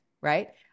right